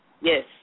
Yes